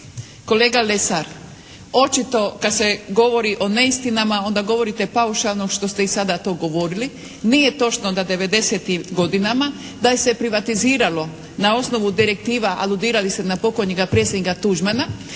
kolega Lesar! Očito kad se govori o neistinama onda govorite paušalno što ste i sada to govorili. Nije točno da '90.-tim godinama da je se privatiziralo na osnovu direktiva, aludirali ste na pokojnik predsjednika Tuđmana,